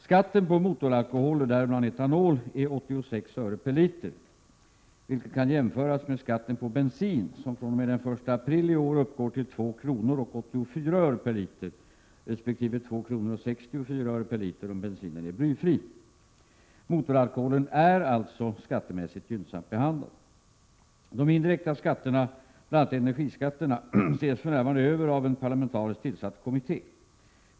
Skatten på motoralkoholer — däribland etanol — är 86 öre l resp. 2 kr. 64 öre/l om bensinen är blyfri. Motoralkoholen är alltså skattemässigt gynnsamt behandlad. De indirekta skatterna, bl.a. energiskatterna, ses för närvarande över av en parlamentariskt tillsatt kommitté .